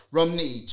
Romney